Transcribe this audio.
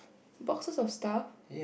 boxes of stuff